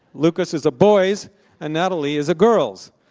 lucas is a boys and natalie is a girls.